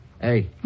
Hey